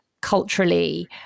culturally